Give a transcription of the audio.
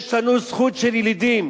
יש לנו זכות של ילידים.